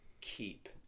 keep